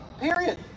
Period